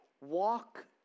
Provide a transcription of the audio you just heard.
walk